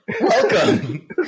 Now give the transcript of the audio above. Welcome